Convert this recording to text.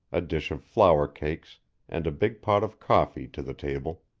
a dish of flour cakes and a big pot of coffee to the table.